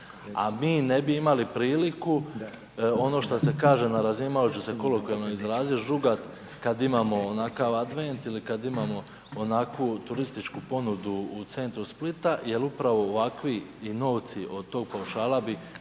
a mi ne bi imali priliku, ono što se kaže na razini, malo ću se kolokvijalno izrazit, žugat kad imamo onakav Advent ili kad imamo onakvu turističku ponudu u centru Splita, jer upravo ovakvi i novci od tog paušala bi